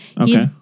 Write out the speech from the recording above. Okay